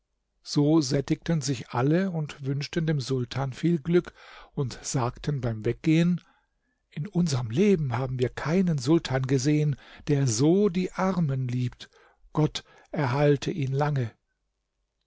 so sättigten sich alle und wünschten dem sultan viel glück und sagten beim weggehen in unserm leben haben wir keinen sultan gesehen der so die armen liebt gott erhalte ihn lange